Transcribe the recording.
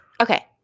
Okay